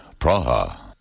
Praha